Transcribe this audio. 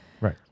Right